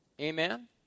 Amen